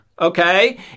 okay